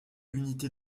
unité